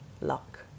luck